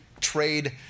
trade